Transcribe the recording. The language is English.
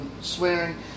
swearing